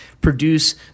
produce